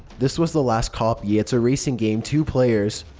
this was the last copy. it's a racing game. two players!